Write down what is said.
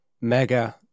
mega